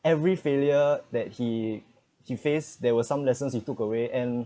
every failure that he he faced there were some lessons he took away and